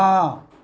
ହଁ